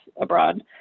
abroad